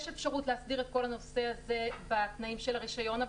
יש אפשרות להסדיר את כל הנושא הזה בתנאים של הרישיון אבל